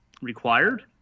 required